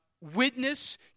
witness